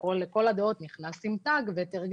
שכביכול נכנס עם תג ותרגם,